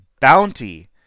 bounty